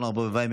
אורנה ברביבאי,